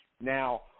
now